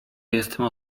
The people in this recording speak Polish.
jestem